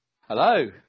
Hello